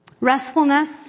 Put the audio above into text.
Restfulness